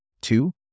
Two